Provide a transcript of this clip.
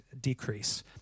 decrease